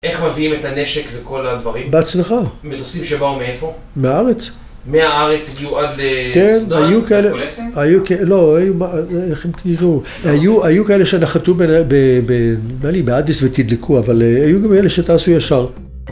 איך מביאים את הנשק וכל הדברים? בהצלחה מטוסים שבאו מאיפה? מהארץ מהארץ הגיעו עד לסודן? כן, היו כאלה... היו כאלה... לא, היו... איך הם כאילו... היו כאלה שנחתו ב... נדמה לי? באדיס ותדלקו, אבל היו גם אלה שטסו ישר